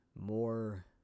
more